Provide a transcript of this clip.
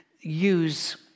use